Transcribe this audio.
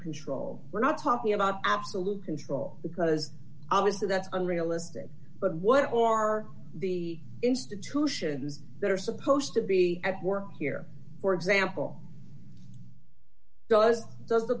control we're not talking about absolute control because obviously that's unrealistic but what are the institutions that are supposed to be at work here for example does does the